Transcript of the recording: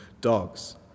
dogs